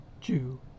Jew